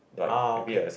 ah okay